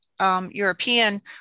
European